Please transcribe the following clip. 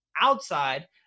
outside